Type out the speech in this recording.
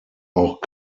auch